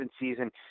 season